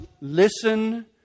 listen